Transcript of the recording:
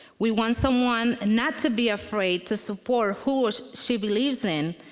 we want someone not to be afraid to support who she believes in,